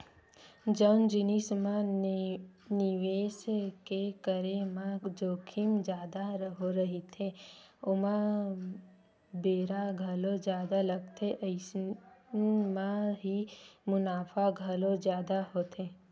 जउन जिनिस म निवेस के करे म जोखिम जादा रहिथे ओमा बेरा घलो जादा लगथे अइसन म ही मुनाफा घलो जादा होथे